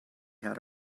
had